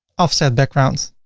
offset background